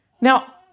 Now